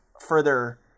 further